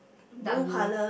dark blue